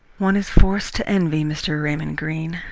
one is forced to envy mr. raymond greene,